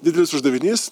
didelis uždavinys